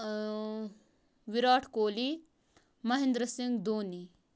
Virat Kohli Mahendra Singh Dhoni